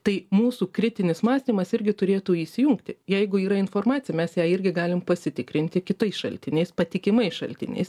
tai mūsų kritinis mąstymas irgi turėtų įsijungti jeigu yra informacija mes ją irgi galim pasitikrinti kitais šaltiniais patikimais šaltiniais